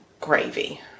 gravy